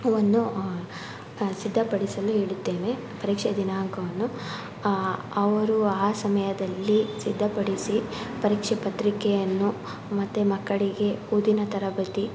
ವನ್ನು ಸಿದ್ಧಪಡಿಸಲು ಹೇಳಿದ್ದೇವೆ ಪರೀಕ್ಷೆ ದಿನಾಂಕವನ್ನು ಅವರು ಆ ಸಮಯದಲ್ಲಿ ಸಿದ್ಧಪಡಿಸಿ ಪರೀಕ್ಷೆ ಪತ್ರಿಕೆಯನ್ನು ಮತ್ತೆ ಮಕ್ಕಳಿಗೆ ಓದಿನ ತರಗತಿ